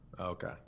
Okay